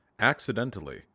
accidentally